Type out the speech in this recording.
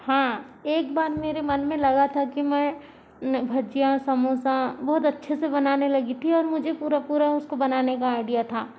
हाँ एक बार मेरे मन में लगा था कि मैं भजिया समोसा बहुत अच्छे से बनाने लगी थी और मुझे पूरा पूरा उसको बनाने का आइडिया था